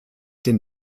den